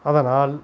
அதனால்